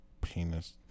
penis